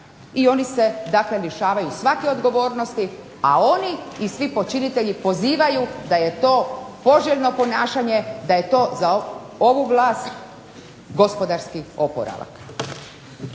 i oni se rješavaju svake odgovornosti, a oni i svi počinitelji pozivaju da je to poželjno ponašanje da je to za ovu vlast gospodarski oporavak.